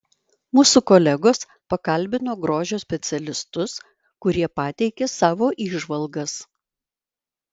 mūsų kolegos pakalbino grožio specialistus kurie pateikė savo įžvalgas